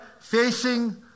facing